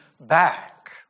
back